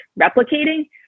replicating